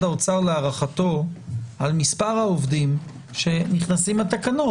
האוצר להערכתו על מספר העובדים שנכנסים לתקנות.